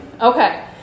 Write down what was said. Okay